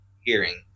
hearing